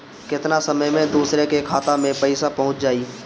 केतना समय मं दूसरे के खाता मे पईसा पहुंच जाई?